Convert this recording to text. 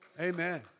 Amen